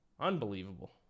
Unbelievable